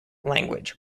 language